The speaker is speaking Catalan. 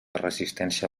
resistència